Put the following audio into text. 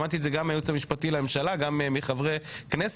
שמעתי את זה גם מהיועץ המשפטי לממשלה גם מחברי כנסת,